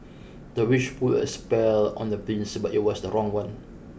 the witch put a spell on the prince but it was the wrong one